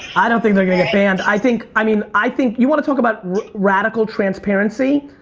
i don't think they're gonna get banned. i think, i mean. i think you wanna talk about radical transparency?